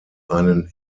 einen